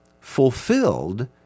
fulfilled